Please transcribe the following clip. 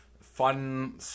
Fun